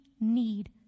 need